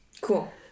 Cool